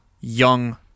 young